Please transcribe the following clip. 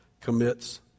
commits